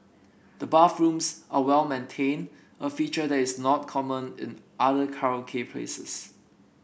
the bathrooms are well maintained a feature that is not common in other karaoke places